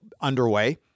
underway